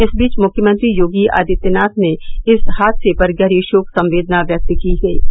इस बीच मुख्यमंत्री योगी आदित्यनाथ ने इस हादसे पर गहरी शोक संवेदना व्यक्त की है